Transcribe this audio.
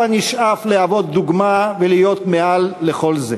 הבה נשאף להוות דוגמה ולהיות מעל לכל זה.